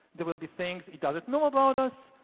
there will be things it doesn't know about us,